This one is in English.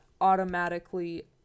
automatically